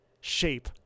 shape